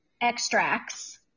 extracts